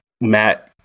Matt